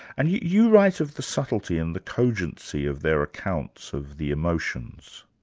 and you you write of the subtlety and the cogency of their accounts of the emotions.